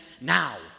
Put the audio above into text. now